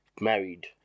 married